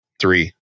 three